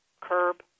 curb